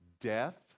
Death